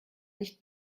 nicht